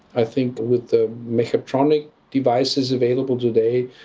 i think with the mechatronic devices available today,